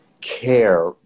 care